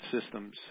systems